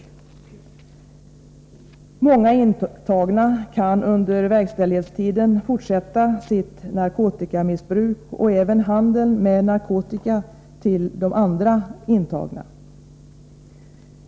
Många intagna kan under verkställighetstiden fortsätta sitt narkotikamissbruk och även handeln med narkotika till andra intagna.